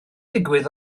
digwydd